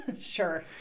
Sure